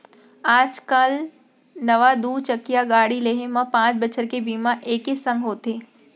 आज काल नवा दू चकिया गाड़ी लेहे म पॉंच बछर के बीमा एके संग होथे